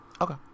Okay